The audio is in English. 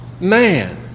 man